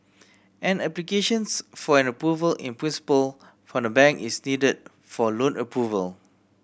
an applications for an Approval in Principle from the bank is needed for loan approval